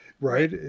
right